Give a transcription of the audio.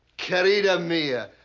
querida mia.